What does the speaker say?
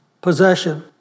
possession